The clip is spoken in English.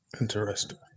Interesting